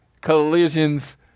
collisions